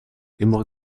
immer